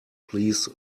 please